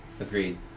agreed